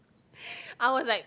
I was like